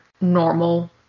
normal